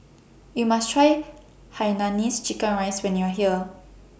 YOU must Try Hainanese Chicken Rice when YOU Are here